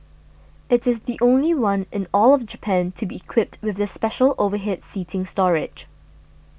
it is the only one in all of Japan to be equipped with the special overhead seating storage